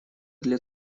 для